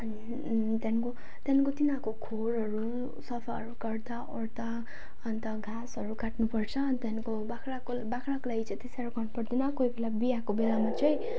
अनि त्यहाँदेखिको त्यहाँदेखिको तिनीहरूको खोरहरू सफाहरू गर्दाओर्दा अन्त घाँसहरू काट्नुपर्छ अनि त्यहाँदेखिको बाख्राको बाख्राको लागि चाहिँ त्यति साह्रो गर्नुपर्दैन कोही बेला बियाएको बेलामा चाहिँ